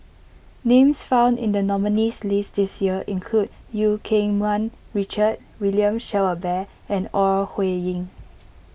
names found in the nominees' list this year include Eu Keng Mun Richard William Shellabear and Ore Huiying